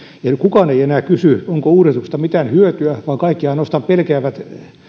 ja kukaan ei enää kysy onko uudistuksesta mitään hyötyä vaan kaikki ainoastaan pelkäävät